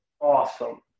awesome